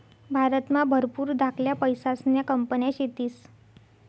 भारतमा भरपूर धाकल्या पैसासन्या कंपन्या शेतीस